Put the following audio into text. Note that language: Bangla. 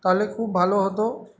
তাহলে খুব ভালো হতো